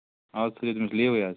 اَز تھاوزیٚو لیٖوٕے حظ